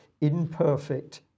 imperfect